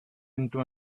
into